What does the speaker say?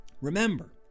Remember